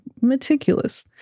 meticulous